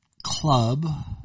club